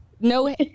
no